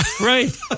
right